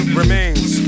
remains